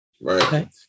Right